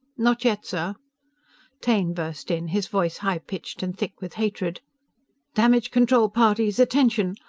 not yet, sir taine burst in, his voice high-pitched and thick with hatred damage-control parties attention!